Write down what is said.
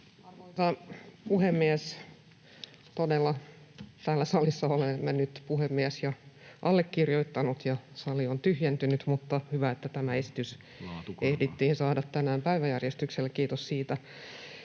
Arvoisa puhemies! Todella täällä salissa olemme nyt puhemies ja allekirjoittanut, ja sali on tyhjentynyt, mutta hyvä, että tämä esitys ehdittiin saada tänään päiväjärjestykselle. Kiitos siitä.